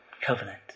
covenant